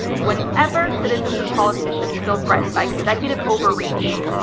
whenever citizens and politicians feel threatened by executive overreach,